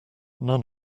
none